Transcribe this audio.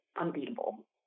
unbeatable